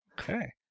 Okay